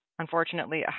Unfortunately